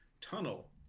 tunnel